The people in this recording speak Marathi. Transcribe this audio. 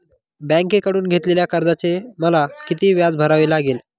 बँकेकडून घेतलेल्या कर्जाचे मला किती व्याज भरावे लागेल?